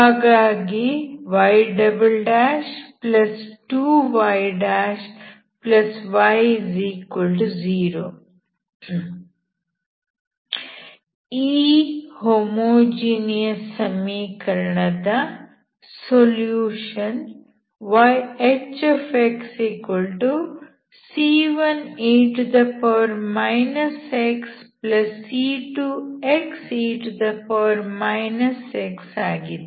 ಹಾಗಾಗಿ y2yy0 ಈ homogeneous ಸಮೀಕರಣದ ಸೊಲ್ಯೂಷನ್ yHxc1e xc2xe x ಆಗಿದೆ